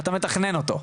אתה מתכנן אותו,